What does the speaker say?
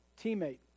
teammate